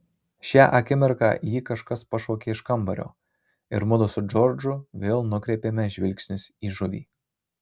šią akimirką jį kažkas pašaukė iš kambario ir mudu su džordžu vėl nukreipėme žvilgsnius į žuvį